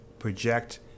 project